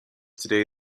today